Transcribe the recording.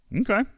Okay